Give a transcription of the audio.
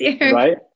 Right